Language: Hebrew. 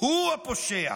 הוא הפושע